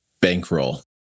bankroll